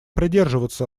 придерживаться